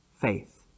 faith